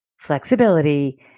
flexibility